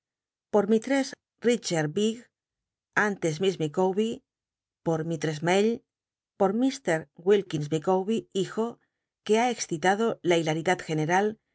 por mistress me por m will lws hijo que htt excitado la hilaridad general